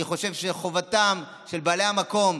אני חושב שחובתם של בעלי המקום,